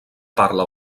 parla